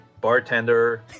bartender